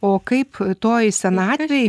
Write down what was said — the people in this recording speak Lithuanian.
o kaip toj senatvėj